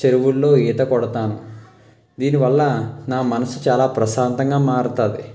చెరువుల్లో ఈత కొడతాను దీనివల్ల నా మనసు చాలా ప్రశాంతంగా మారతుంది